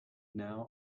now